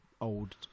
old